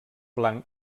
blanc